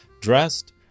dressed